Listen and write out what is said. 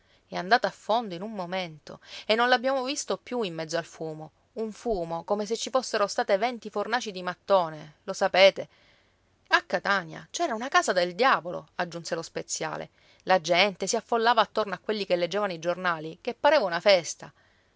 è andato a fondo in un momento e non l'abbiamo visto più in mezzo al fumo un fumo come se ci fossero state venti fornaci di mattone lo sapete a catania c'era una casa del diavolo aggiunse lo speziale la gente si affollava attorno a quelli che leggevano i giornali che pareva una festa